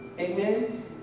Amen